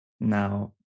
now